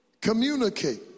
communicate